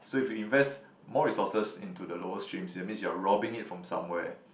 so if you invest more resources into the lower stream it means you are robbing it from somewhere